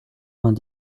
vingt